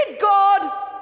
God